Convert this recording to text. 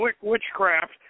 witchcraft